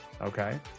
okay